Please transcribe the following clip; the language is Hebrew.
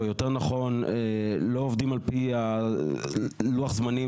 או יותר נכון לא עובדים על פי לוח הזמנים